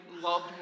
loved